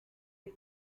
est